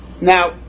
Now